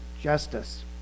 justice